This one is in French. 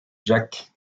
jack